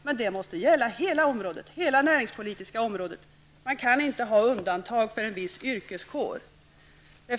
Men det måste gälla hela det näringspolitiska området. Man kan inte ha undantag för en viss yrkeskår.